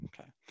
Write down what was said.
Okay